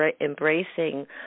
embracing